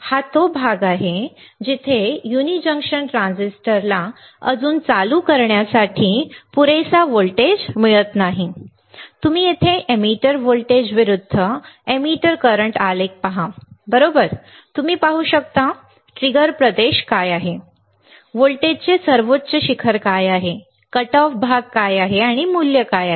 हा तो प्रदेश आहे जिथे युनि जंक्शन ट्रान्झिस्टरला अजून चालू करण्यासाठी पुरेसा व्होल्टेज मिळत नाही ठीक आहे तुम्ही इथे एमिटर व्होल्टेज विरुद्ध एमिटर करंट आलेख पहा बरोबर आणि तुम्ही पाहू शकता ट्रिगर प्रदेश काय आहे व्होल्टेजचे सर्वोच्च शिखर काय आहे कटऑफ प्रदेश काय आहे आणि मूल्य काय आहे